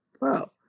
wow